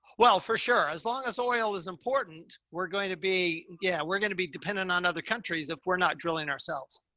well, for sure, as long as oil is important, we're going to be, yeah, we're going to be dependent on other countries if we're not drilling ourselves.